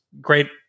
great